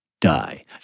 die